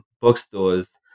bookstores